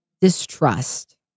distrust